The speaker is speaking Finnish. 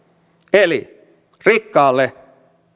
eli rikkaalle